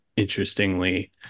Interestingly